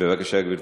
בבקשה, גברתי.